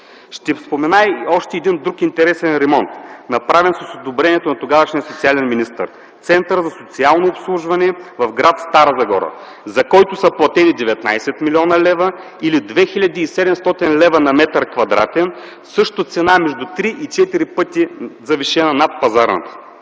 Ще спомена и още един друг интересен ремонт, направен с одобрението на тогавашния социален министър – Центъра за социално обслужване в гр. Стара Загора, за който са платени 19 млн. лв. или 2 хил. 700 лв. на квадратен метър – също цена между 3 и 4 пъти завишена над пазарната.